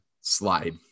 slide